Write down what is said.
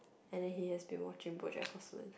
and then he has been watching BoJack-Horseman